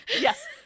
Yes